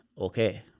Okay